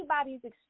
anybody's